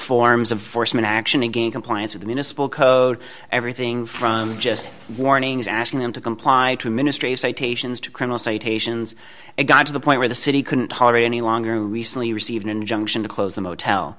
foresman action again compliance with municipal code everything from just warnings asking them to comply to ministry citations to criminal citations it got to the point where the city couldn't tolerate any longer recently received an injunction to close the motel